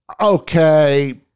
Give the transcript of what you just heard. okay